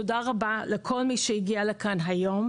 תודה רבה לכל מי שהגיע לכאן היום,